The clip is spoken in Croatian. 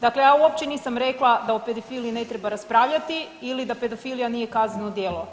Dakle, ja uopće nisam rekla da o pedofiliji ne treba raspravljati ili da pedofilija nije kazneno djelo.